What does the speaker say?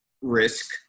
risk